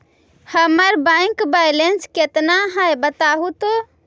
हमर bank balance केतना है बताहु तो?